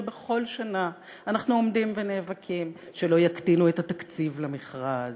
ובכל שנה אנחנו עומדים ונאבקים שלא יקטינו את התקציב למכרז,